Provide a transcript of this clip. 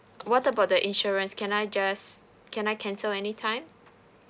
what about the insurance can I just can I cancel anytime